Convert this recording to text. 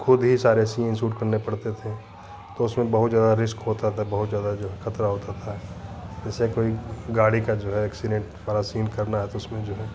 खुद ही सारे सीन शूट करने पड़ते थे तो उसमें बहुत ज़्यादा रिस्क होता था बहुत ज़्यादा जो है खतरा होता था जैसे कोई गाड़ी का जो है एक्सिडेन्ट वाला सीन करना है तो उसमें जो है